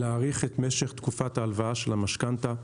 להאריך את משך תקופת ההלוואה של המשכנתה.